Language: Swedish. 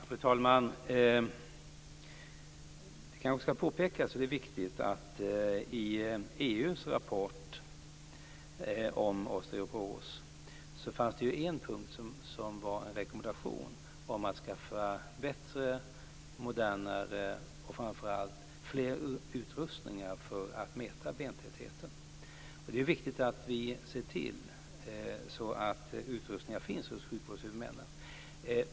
Fru talman! Det skall påpekas, och det är viktigt, att i EU:s rapport om osteoporos fanns det en punkt som var en rekommendation om att skaffa bättre, modernare och framför allt fler utrustningar för att mäta bentäthet. Det är viktigt att vi ser till att utrustningar finns hos sjukvårdshuvudmännen.